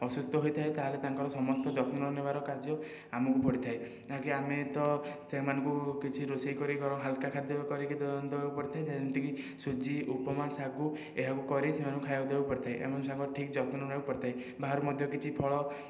ଅସୁସ୍ଥ ହୋଇଥାଏ ତା'ହେଲେ ତାଙ୍କର ସମସ୍ତ ଯତ୍ନ ନେବାର କାର୍ଯ୍ୟ ଆମକୁ ପଡ଼ିଥାଏ ତାହାକି ଆମେ ତ ସେମାନଙ୍କୁ କିଛି ରୋଷେଇ କରିକି କିଛି ହାଲୁକା ଖାଦ୍ୟ କରିକି ଦେବାକୁ ପଡ଼ିଥାଏ ଯେମିତିକି ସୁଜି ଉପମା ସାଗୁ ଏହାକୁ କରି ସେମାନଙ୍କୁ ଖାଇବାକୁ ଦେବାକୁ ପଡ଼ିଥାଏ ଏବଂ ସେମାନଙ୍କ ଠିକ ଯତ୍ନ ନେବାକୁ ପଡ଼ିଥାଏ ବାହାରୁ ମଧ୍ୟ କିଛି ଫଳ